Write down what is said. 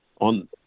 on